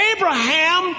Abraham